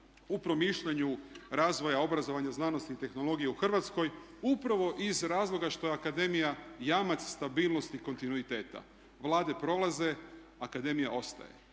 u promišljanju razvoja obrazovanja, znanosti i tehnologije u Hrvatskoj upravo iz razloga što je akademija jamac stabilnosti kontinuiteta. Vlade prolaze, akademija ostaje,